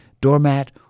doormat